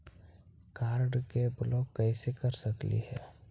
Card के block कैसे कर सकली हे?